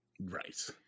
Right